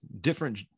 different